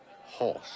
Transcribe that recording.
horse